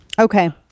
Okay